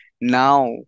now